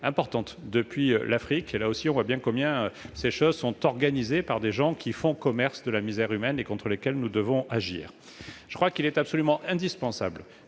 importantes depuis l'Afrique. Là encore, on voit combien ces migrations sont organisées par des gens qui font commerce de la misère humaine et contre lesquels nous devons agir. Il est absolument indispensable